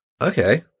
Okay